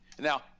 Now –